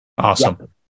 Awesome